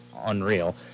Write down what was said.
unreal